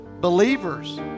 believers